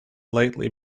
lately